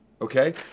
okay